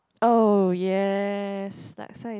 oh yes laksa is